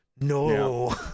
No